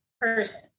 person